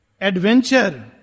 Adventure